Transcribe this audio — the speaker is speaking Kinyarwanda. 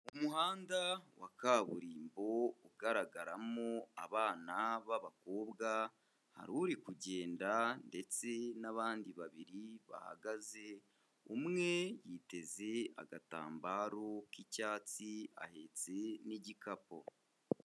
Umuhanda wa kaburimbo ugaragaramo abana b'abakobwa, hari uri kugenda ndetse n'abandi babiri bahagaze, umwe yiteze agatambaro k'icyatsi ahetse n'igikapu.